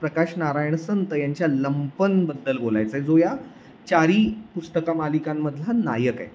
प्रकाश नारायण संत यांच्या लंपनबद्दल बोलायचं आहे जो या चारी पुस्तका मालिकांमधला नायक आहे